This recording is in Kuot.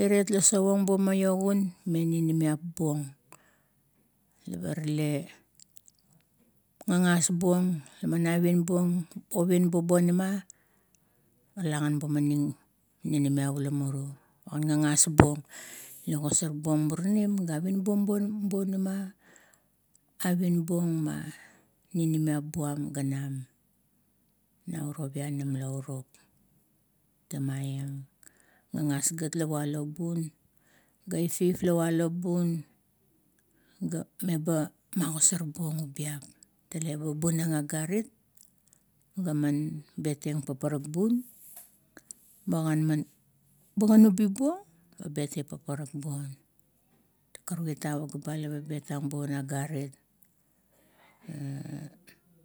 iret la sovong bo maiogun me ninimiap buong, ga rale gagas buong avien bung ovien buong bonima, lagan bumaning ninimiap ula muru ogagas buong la ogasar buong. Murinim ga ovien buong bonima, avien buong ma ninimiap buam ganam, nauro pianam laurup. Temaieng, gagas gat la walo bun, ga ifif la walo bun ga meba magosor bung ubiap, tale baman bunang agarit gaman beten paparak bun, bagan man, bagan ubi buong ga beteng paparak bun. Karukan a pagaeba la ba beteng agarit.